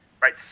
right